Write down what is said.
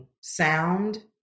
sound